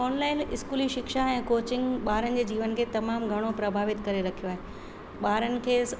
online school ई शिक्षा ऐं कोचिंग ॿारनि जे जीवन खे तमामु घणो प्रभावित करे रखियो आहे ॿारनि खे